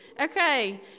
Okay